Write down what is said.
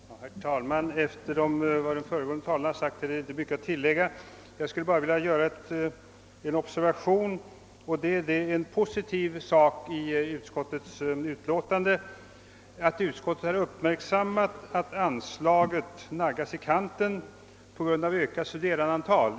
Herr talman! Efter vad de föregående talarna har sagt är det inte mycket att tillägga. Jag vill bara göra en positiv observation i anslutning till utskottets utlåtande, nämligen att utskottet har uppmärksammat att anslaget naggas i kanten på grund av ökat studerandeantal.